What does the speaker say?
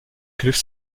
griff